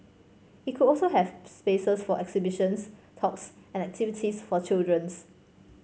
it could also have spaces for exhibitions talks and activities for children